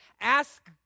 Ask